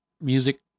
music